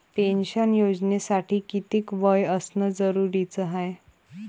Pension योजनेसाठी कितीक वय असनं जरुरीच हाय?